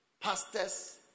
Pastors